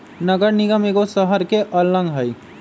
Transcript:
नगर निगम एगो शहरके अङग हइ